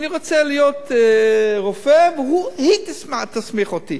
אני רוצה להיות רופא, והיא תסמיך אותי.